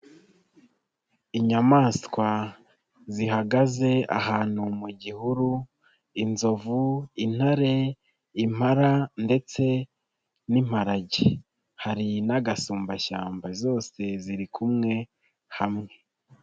Inyamaswa zihagaze ahantu mu gihuru, inzovu, intare, impara ndetse n'imparage, hari n'agasumbashyamba, zose ziri kumwe hamwe.